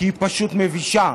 כי היא פשוט מבישה.